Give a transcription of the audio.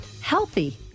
healthy